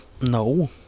No